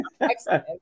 excellent